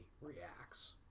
reacts